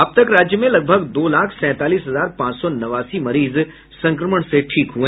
अब तक राज्य में लगभग दो लाख सैंतालीस हजार पांच सौ नवासी मरीज संक्रमण से ठीक हुए